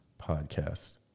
podcast